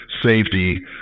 safety